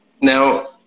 Now